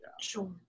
Sure